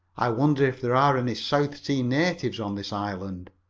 i wonder if there are any south sea natives on this island?